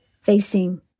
facing